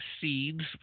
seeds